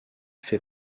fait